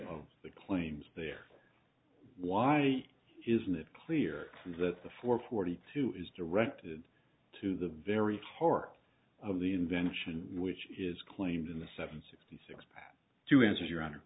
of the claims there why isn't it clear that the four forty two is directed to the very heart of the invention which is claimed in the seven sixty to answer your honor